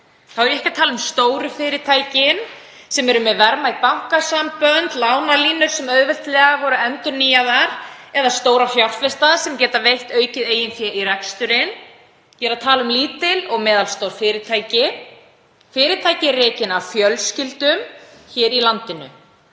Þá er ég ekki að tala um stóru fyrirtækin sem eru með verðmæt bankasambönd, lánalínur sem voru endurnýjaðar auðveldlega, eða stóra fjárfesta sem geta veitt aukið eigið fé í reksturinn. Ég er að tala um lítil og meðalstór fyrirtæki, fyrirtæki rekin af fjölskyldum í landinu,